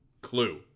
clue